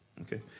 Okay